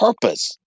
purpose